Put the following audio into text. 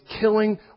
killing